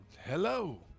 hello